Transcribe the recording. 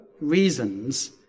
reasons